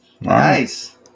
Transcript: Nice